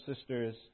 sisters